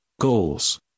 Goals